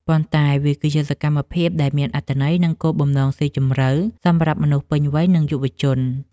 ប៉ុន្តែវាគឺជាសកម្មភាពដែលមានអត្ថន័យ និងគោលបំណងស៊ីជម្រៅសម្រាប់មនុស្សពេញវ័យ និងយុវជន។